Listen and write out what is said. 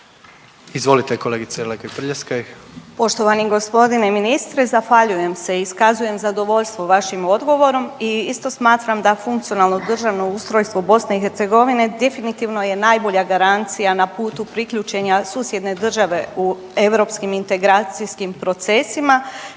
Izvolite kolegice Lekaj Prljaskaj.